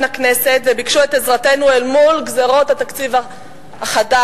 הכנסת וביקשו את עזרתנו אל מול גזירות התקציב החדש.